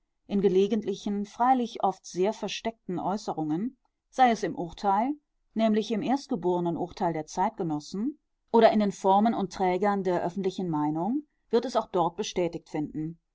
in gelegentlichen freilich oft sehr versteckten äußerungen sei es im urteil nämlich im erstgeborenen urteil der zeitgenossen oder in den formern und trägern der öffentlichen meinung wird es auch dort bestätigt finden